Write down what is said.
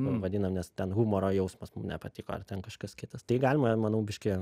vadinam nes ten humoro jausmas mum nepatiko ar ten kažkas kitas tai galima manau biškį